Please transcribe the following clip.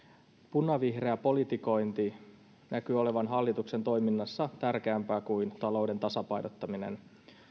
punavihreä politikointi näkyy olevan hallituksen toiminnassa tärkeämpää kuin talouden tasapainottaminen